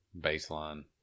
baseline